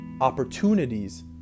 opportunities